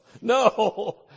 No